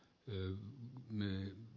l ne